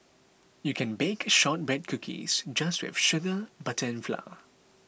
you can bake Shortbread Cookies just with sugar butter and flour